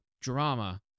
drama